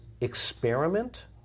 experiment